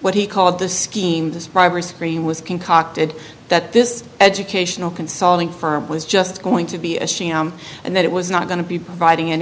what he called the scheme this bribery screen was concocted that this educational consulting firm was just going to be a sham and that it was not going to be providing any